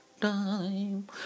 time